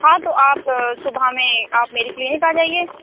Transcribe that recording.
ہاں تو آپ صبح میں آپ میری کلینک آ جائیے